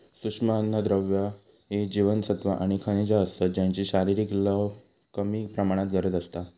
सूक्ष्म अन्नद्रव्य ही जीवनसत्वा आणि खनिजा असतत ज्यांची शरीराक लय कमी प्रमाणात गरज असता